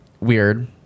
weird